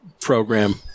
program